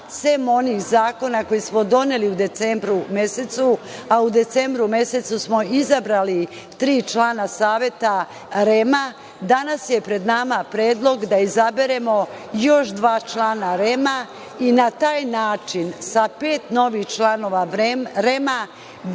sem onih zakona koje smo doneli u decembru mesecu, a u decembru smo i izabrali tri člana Saveta REM, danas je pred nama predlog da izaberemo još dva člana REM i na taj način sa pet novih članova REM,